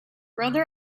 brother